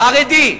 חרדי,